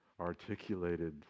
articulated